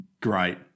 Great